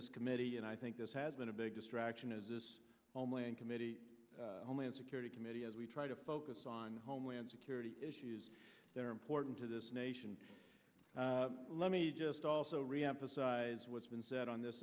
is committee and i think this has been a big distraction as this homeland committee homeland security committee as we try to focus on homeland security issues that are important to this nation let me just also reemphasize what's been said on this